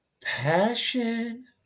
Passion